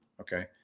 Okay